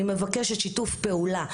אני מבקשת שיתוף פעולה,